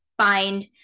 find